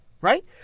Right